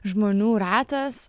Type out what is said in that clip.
žmonių ratas